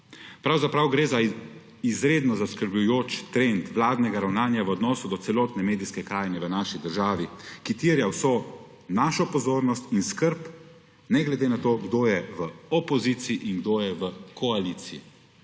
Pravzaprav gre za izredno zaskrbljujoč trend vladnega ravnanja v odnosu do celotne medijske krajine v naši državi, ki terja vso našo pozornost in skrb, ne glede na to kdo je v opoziciji in kdo je v koaliciji.